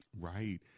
Right